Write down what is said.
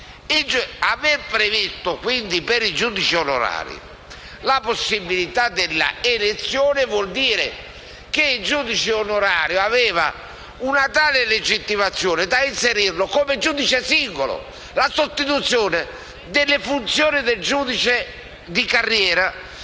Aver previsto per i giudici onorari la possibilità della elezione vuol dire quindi che il giudice onorario aveva una tale legittimazione da essere previsto come giudice singolo, con la sostituzione delle funzioni del giudice di carriera